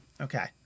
Okay